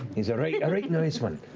he's a right right nice one.